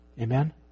Amen